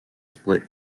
split